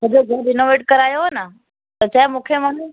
सॼो घरु रेनोवेट करायो हुयो न त छाहे मूंखे माना